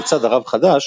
לצד הרב חדש,